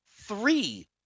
three